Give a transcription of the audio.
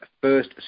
first